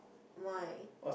why